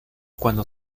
cuando